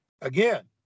again